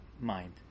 mind